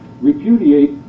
repudiate